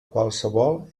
qualsevol